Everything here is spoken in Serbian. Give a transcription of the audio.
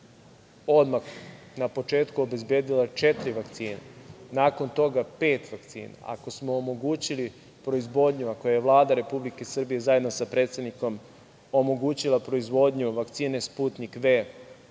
odmah na početku obezbedila četiri vakcine, nakon toga pet vakcina, ako smo omogućili proizvodnju, ako je Vlada Republike Srbije zajedno sa predsednikom omogućila proizvodnju vakcine „Sputnik V“